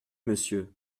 monsieur